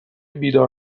بیدار